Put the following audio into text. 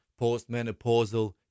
postmenopausal